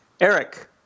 Eric